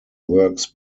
works